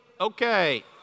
Okay